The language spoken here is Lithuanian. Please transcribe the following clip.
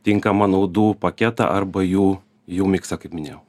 tinkamą naudų paketą arba jų jų miksą kaip minėjau